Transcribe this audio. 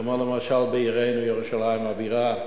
כמו למשל בעירנו ירושלים הבירה,